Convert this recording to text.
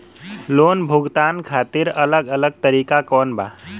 Loan भुगतान खातिर अलग अलग तरीका कौन बा?